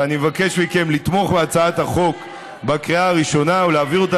ואני מבקש מכם לתמוך בהצעת החוק בקריאה הראשונה ולהעביר אותה